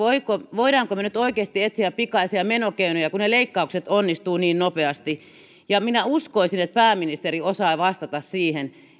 voimmeko me nyt oikeasti etsiä pikaisia menokeinoja kun ne leikkaukset onnistuvat niin nopeasti minä uskoisin että pääministeri osaa vastata siihen